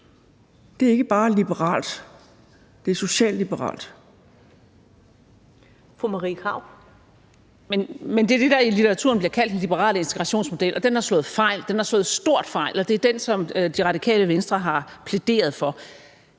Fru Marie Krarup. Kl. 16:22 Marie Krarup (DF): Men det er det, der i litteraturen bliver kaldt den liberale integrationsmodel, og den har slået fejl. Den har slået stort fejl, og det er den, som Radikale Venstre har plæderet for.